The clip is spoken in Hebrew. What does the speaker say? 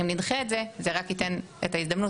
אם נדחה את זה זה רק ייתן את ההזדמנות